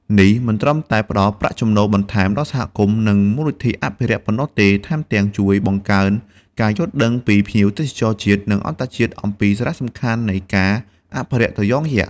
នេះមិនត្រឹមតែផ្តល់ប្រាក់ចំណូលបន្ថែមដល់សហគមន៍ និងមូលនិធិអភិរក្សប៉ុណ្ណោះទេ ថែមទាំងជួយបង្កើនការយល់ដឹងពីភ្ញៀវទេសចរជាតិ និងអន្តរជាតិអំពីសារៈសំខាន់នៃការអភិរក្សត្រយងយក្ស។